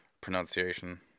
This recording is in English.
pronunciation